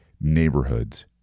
neighborhoods